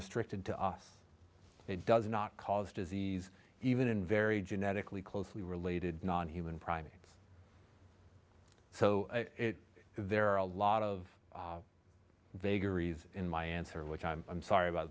restricted to us it does not cause disease even in very genetically closely related non human primates so there are a lot of vagaries in my answer which i'm i'm sorry about